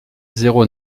zéro